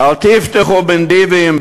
אל תבטחו בנדיבים,